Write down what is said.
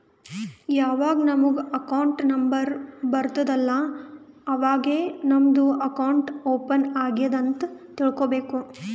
ಯಾವಾಗ್ ನಮುಗ್ account number ಬರ್ತುದ್ ಅಲ್ಲಾ ಅವಾಗೇ ನಮ್ದು ಅಕೌಂಟ್ ಓಪನ್ ಆಗ್ಯಾದ್ ಅಂತ್ ತಿಳ್ಕೋಬೇಕು